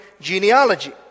genealogy